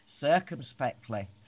circumspectly